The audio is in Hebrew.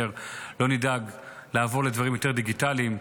לא נדאג לעבור לדברים יותר דיגיטליים,